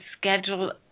schedule